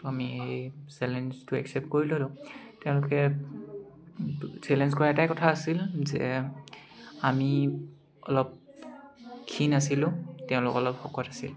আমি এই চেলেঞ্জটো একচেপ্ট কৰি ল'লোঁ আৰু তেওঁলোকে চেলেঞ্জ কৰা এটাই কথা আছিল যে আমি অলপ ক্ষীণ আছিলোঁ তেওঁলোক অলপ শকত আছিল